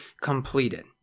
completed